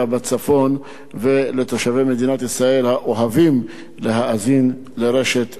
בצפון ולתושבי מדינת ישראל האוהבים להאזין לרשת "מורשת".